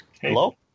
Hello